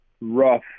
rough